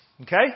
Okay